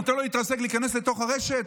נותן לו להיכנס לתוך הרשת,